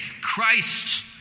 Christ